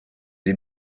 des